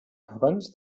abans